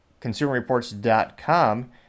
consumerreports.com